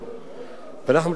ואנחנו מדברים פה על סטודנטים.